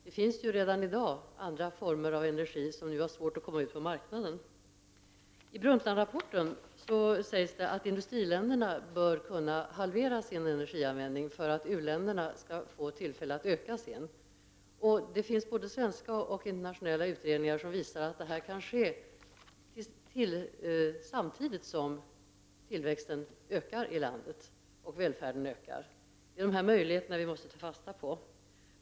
Det finns ju redan i dag andra energiformer, som har svårt att komma ut på marknaden. I Brundtlandrapporten sägs att industriländerna bör halvera sin energianvändning för att u-länderna skall få tillfälle att öka sin. Både svenska och internationella utredningar visar att detta kan ske samtidigt som tillväxten och välfärden i landet ökar. Det är dessa möjligheter vi måste ta fasta på.